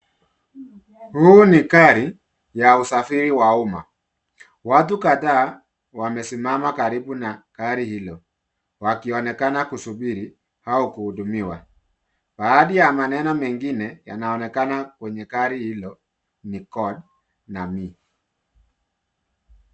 Huu ni gari ya usafiri wa umma. Watu kadhaa wamesimama karibu na gari hilo wakionekana kusubiri au kuhudumiwa. Baadhi ya maneno mengine yanaonekana kwenye gari hilo ni God na me .